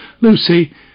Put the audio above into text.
Lucy